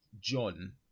John